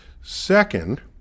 Second